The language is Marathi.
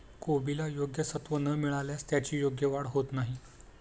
कोबीला योग्य सत्व न मिळाल्यास त्याची योग्य वाढ होत नाही